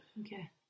Okay